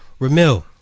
Ramil